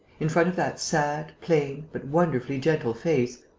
in front of that sad, plain, but wonderfully gentle face,